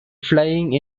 flying